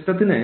സിസ്റ്റത്തിന്